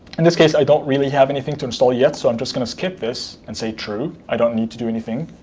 and this case, i don't really have anything to install yet, so i'm just going to skip this and say true. i don't need to do anything.